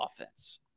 offense